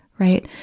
right.